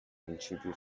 principi